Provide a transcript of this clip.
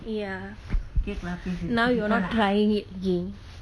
ya now you're not trying it again